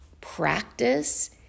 practice